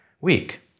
week